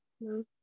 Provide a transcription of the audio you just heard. No